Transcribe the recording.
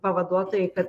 pavaduotojai kad